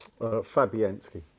Fabianski